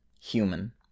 human